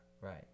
right